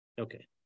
Okay